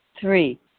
Three